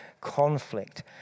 conflict